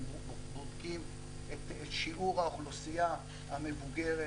אנחנו בודקים את שיעור האוכלוסייה המבוגרת.